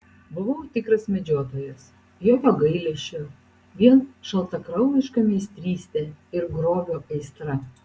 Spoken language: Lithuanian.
buvau tikras medžiotojas jokio gailesčio vien šaltakraujiška meistrystė ir grobio aistra